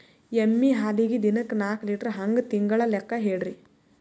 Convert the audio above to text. ಎಮ್ಮಿ ಹಾಲಿಗಿ ದಿನಕ್ಕ ನಾಕ ಲೀಟರ್ ಹಂಗ ತಿಂಗಳ ಲೆಕ್ಕ ಹೇಳ್ರಿ?